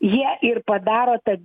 jie ir padaro tą